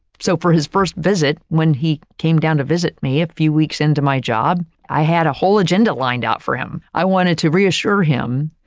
so, for his first visit, when he came down to visit me a few weeks into my job, i had a whole agenda lined out for him. i wanted to reassure him,